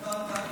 דטל די מדייק.